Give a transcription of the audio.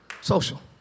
Social